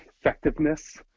effectiveness